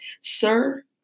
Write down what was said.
sir